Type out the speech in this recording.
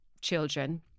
children